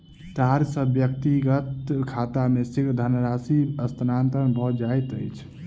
तार सॅ व्यक्तिक खाता मे शीघ्र धनराशि हस्तांतरण भ जाइत अछि